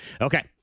Okay